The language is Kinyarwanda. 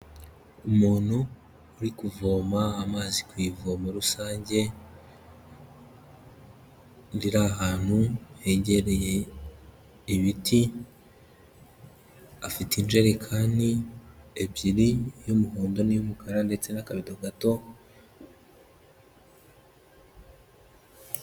Umuntu uri kuvoma amazi ku ivomo rusange riri ahantu hegereye ibiti, afite injerikani ebyiri iy'umuhondo n'iy'umukara ndetse n'akabido gato...